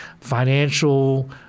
financial